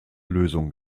lösung